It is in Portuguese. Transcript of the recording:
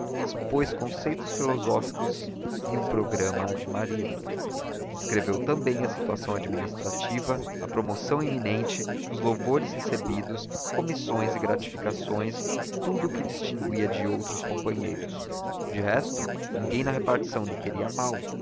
expôs conceitos filosóficos e um programa de marido descreveu também a situação administrativa a promoção iminente os louvores recebidos comissões e gratificações tudo o que o distinguia de outros companheiros de resto ninguém na repartição lhe queria mal